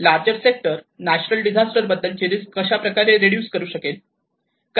larger sector natural disaster बद्दलची risk कशाप्रकारे reduce करू शकेल